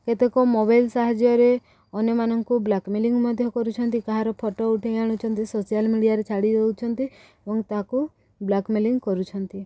କେତେକ ମୋବାଇଲ୍ ସାହାଯ୍ୟରେ ଅନ୍ୟମାନଙ୍କୁ ବ୍ଲାକ୍ମେଲିଂ ମଧ୍ୟ କରୁଛନ୍ତି କାହାର ଫଟୋ ଉଠେଇ ଆଣୁଛନ୍ତି ସୋସିଆଲ୍ ମିଡ଼ିଆରେ ଛାଡ଼ି ଦେଉଛନ୍ତି ଏବଂ ତାକୁ ବ୍ଲାକ୍ମେଲିଂ କରୁଛନ୍ତି